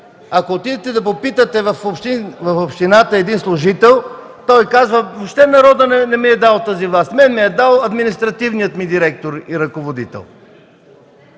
Ако отидете да попитате в общината един служител, той казва: „Въобще народът не ми е дал тази власт. На мен ми я е дал административният ми директор и ръководител”.